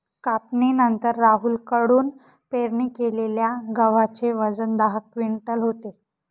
कापणीनंतर राहुल कडून पेरणी केलेल्या गव्हाचे वजन दहा क्विंटल होते